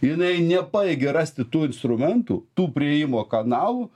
jinai nepajėgė rasti tų instrumentų tų priėjimo kanalų